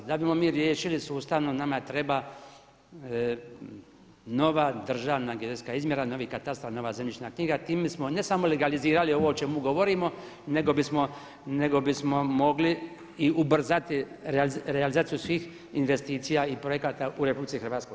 Da bismo mi riješili sustavno nama treba nova državna geodetska izmjera, novi katastar, nova zemljišna knjiga, time smo ne samo legalizirali ovo o čemu govorimo nego bismo mogli i ubrzati realizaciju svih investicija i projekata u RH.